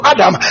Adam